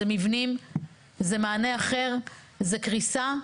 זה מבנים, זה מענה אחר, זה קריסה.